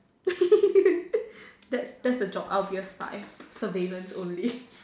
that's that's a job I'll be a spy surveillance only